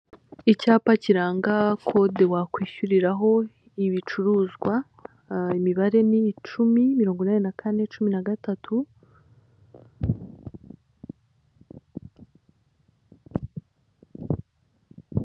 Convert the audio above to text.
Icyapa kiranga kode wakwishyuriraho, ibicuruzwa imibare ni icumi mirongo inani na kane cumi na gatatu.